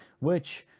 which,